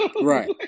right